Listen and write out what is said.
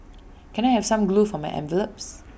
can I have some glue for my envelopes